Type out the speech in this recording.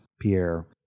Pierre